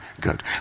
Good